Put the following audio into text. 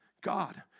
God